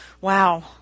Wow